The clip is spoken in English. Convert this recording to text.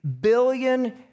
billion